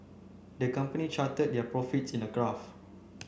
the company charted their profits in a graph